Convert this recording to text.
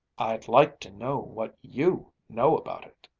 i'd like to know what you know about it!